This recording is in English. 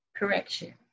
Correction